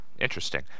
Interesting